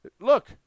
look